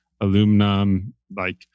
aluminum-like